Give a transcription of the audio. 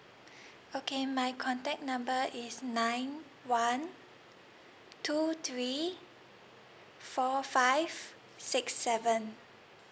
okay my contact number is nine one two three four five six seven